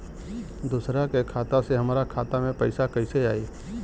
दूसरा के खाता से हमरा खाता में पैसा कैसे आई?